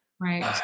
Right